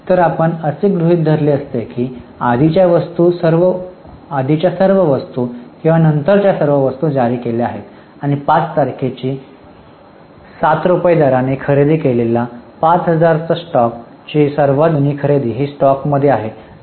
तर आपण असे गृहित धरले असते की आधीच्या सर्व वस्तू किंवा नंतरच्या सर्व वस्तू जारी केल्या आहेत आणि 5 तारखेची 7 रुपये दराने खरेदी केलेली 5000 स्टॉक ची सर्वात जुनी खरेदी ही स्टॉकमध्ये आहे